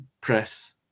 press